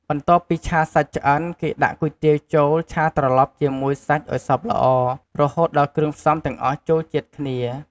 បន្ទាប់ពីឆាសាច់ឆ្អិន គេដាក់គុយទាវចូលឆាត្រឡប់ជាមួយសាច់ឱ្យសព្វល្អ រហូតដល់គ្រឿងផ្សំទាំងអស់ចូលជាតិគ្នា។